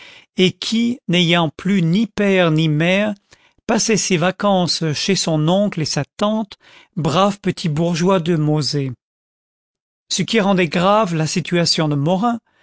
et qui n'ayant plus ni père ni mère passait ses vacances chez son oncle et sa tante braves petits bourgeois de mauzé ce qui rendait grave la situation de morin